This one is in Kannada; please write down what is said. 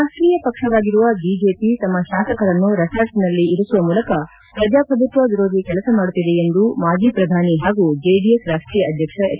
ರಾಷ್ಟೀಯ ಪಕ್ಷವಾಗಿರುವ ಬಿಜೆಪಿ ತಮ್ಮ ಶಾಸಕರನ್ನು ರೆಸಾರ್ಟ್ಸ್ನಲ್ಲಿ ಇರಿಸುವ ಮೂಲಕ ಪ್ರಜಾಪ್ರಭುತ್ವ ವಿರೋಧಿ ಕೆಲಸ ಮಾಡುತ್ತಿದೆ ಎಂದು ಮಾಜಿ ಪ್ರಧಾನಿ ಹಾಗೂ ಜೆಡಿಎಸ್ ರಾಷ್ಟೀಯ ಅಧ್ಯಕ್ಷ ಹೆಚ್